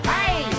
Hey